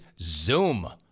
Zoom